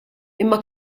imma